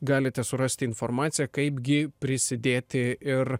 galite surasti informaciją kaipgi prisidėti ir